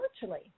virtually